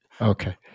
Okay